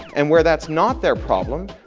and where that's not their problem,